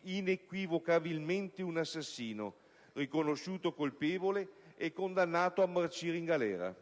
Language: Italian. inequivocabilmente un assassino, riconosciuto colpevole e condannato a marcire in galera.